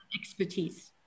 expertise